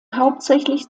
hauptsächlich